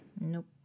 Nope